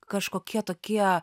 kažkokie tokie